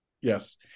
Yes